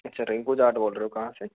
अच्छा रिंकू जाट बोल रहे हो कहाँ से